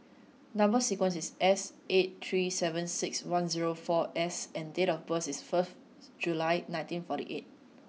number sequence is S eight three seven six one zero four S and date of birth is first July nineteen forty eight